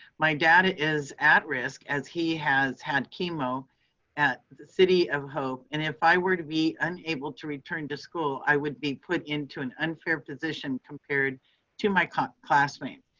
my dad is at risk as he has had chemo at the city of hope. and if i were to be unable to return to school, i would be put into an unfair position compared to my classmates.